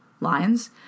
lines